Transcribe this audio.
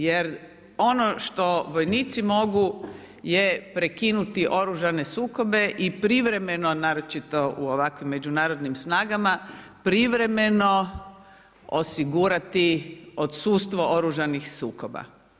Jer ono što vojnici mogu je prekinuti oružane sukobe i privremeno, naročito u ovakvim međunarodnim snagama, privremeno osigurati odsustvo oružanih sukoba.